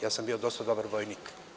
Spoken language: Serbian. Ja sam bio dosta dobar vojnik.